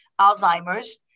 Alzheimer's